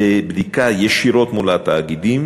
בבדיקה ישירות מול התאגידים